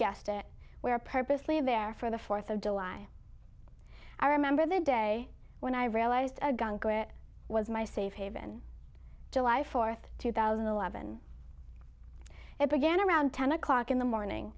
guessed it we are purposely there for the fourth of july i remember the day when i realized it was my safe haven july fourth two thousand and eleven it began around ten o'clock in the morning